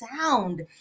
sound